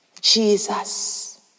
Jesus